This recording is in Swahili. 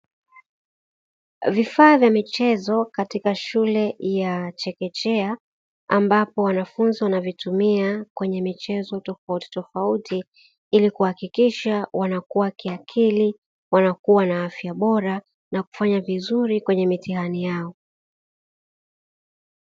Vifaa vya michezo katika shule ya chekechea ambapo wanafunzi wanavitumia kwenye michezo tofautitofauti ili kuhakikisha wanakua kiakili, wanakuwa na afya bora na kufanya vizuri kwenye mitihani yao.